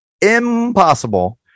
impossible